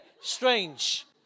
strange